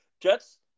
Jets